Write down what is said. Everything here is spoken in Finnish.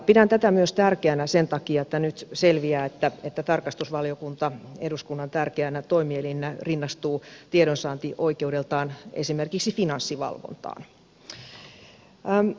pidän tätä myös tärkeänä sen takia että nyt selviää että tarkastusvaliokunta eduskunnan tärkeänä toimielimenä rinnastuu tiedonsaantioikeudeltaan esimerkiksi finanssivalvontaan